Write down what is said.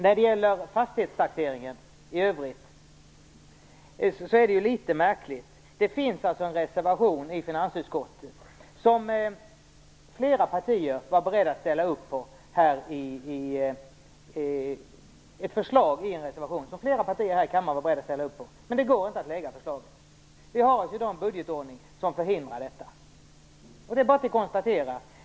När det gäller fastighetstaxeringen i övrigt är det litet märkligt. Det finns ett förslag i en reservation i finansutskottet som flera partier här i kammaren var beredda att ställa upp på. Men det går inte att lägga fram förslaget. Vi har i dag en budgetordning som förhindrar detta. Det är bara att konstatera.